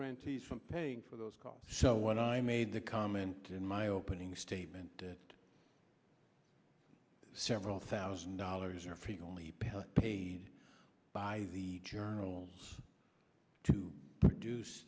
grantees from paying for those calls so when i made the comment in my opening statement that several thousand dollars are free only paid by the journals to produce